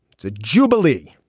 it's a jubilee.